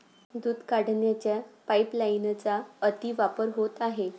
दूध काढण्याच्या पाइपलाइनचा अतिवापर होत आहे